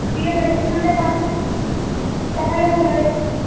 ଇଏ ପ୍ରେସ୍କ୍ରିପ୍ସନ୍ ଟା ହ୍ୱାଟ୍ସଅପରେ ତାହେଲେ ଭଲ ହେଇଥାନ୍ତା